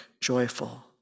joyful